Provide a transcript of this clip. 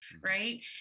right